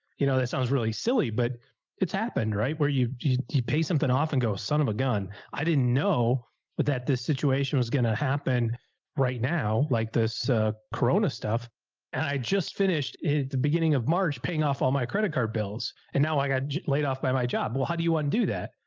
you know that sounds really silly, but it's happened right where you you pay something off and go, son of a gun. i didn't know but that this situation was going to happen right now, like this, a corona stuff, and i just finished it at the beginning of march, paying off all my credit card bills and now i got laid off by my job. well, how do you want to and do that?